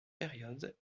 période